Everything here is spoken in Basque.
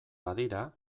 badira